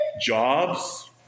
jobs